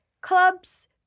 clubs